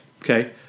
Okay